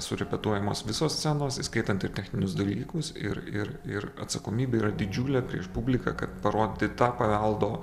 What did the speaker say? surepetuojamos visos scenos įskaitant ir techninius dalykus ir ir ir atsakomybė yra didžiulė prieš publiką kad parodyti tą paveldo